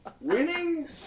Winning